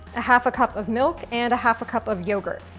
a half a cup of milk and a half a cup of yogurt.